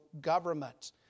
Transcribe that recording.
government